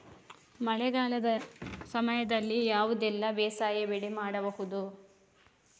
ಮಳೆಗಾಲದ ಸಮಯದಲ್ಲಿ ಯಾವುದೆಲ್ಲ ಬೇಸಾಯ ಬೆಳೆ ಮಾಡಬಹುದು?